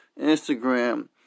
Instagram